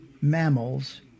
mammals